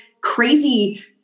crazy